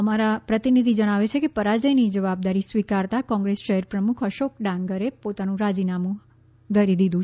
અમારા પ્રતિભિધિ જણાવે છે કે પરાજયની જવાબદારી સ્વીકારતા કોંગ્રેસ શહેર પ્રમુખ અશોક ડાંગરે પોતાનું રાજીનામું ધરી દીધું છે